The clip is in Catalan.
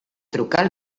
trucar